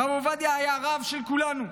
הרב עובדיה היה רב של כולנו.